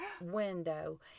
window